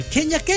Kenya